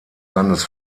landes